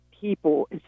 people